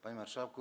Panie Marszałku!